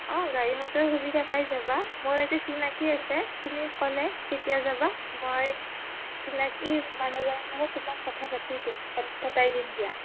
অঁ গাড়ী মটৰ সুবিধা পাই যাবা মোৰ এইটো চিনাকি আছে তুমি ক'লে কেতিয়া যাবা মই চিনাকি মানুহজনৰ লগত তোমাক কথা পাতি দিম পতাই দিম দিয়া